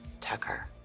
Tucker